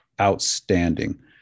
outstanding